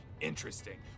interesting